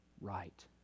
right